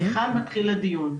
מהיכן מתחיל הדיון.